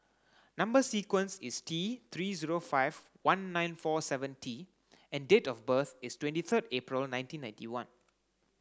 number sequence is T three zero five one nine four seven T and date of birth is twenty third April nineteen ninety one